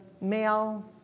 male